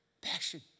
Passion